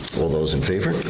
all those in favor?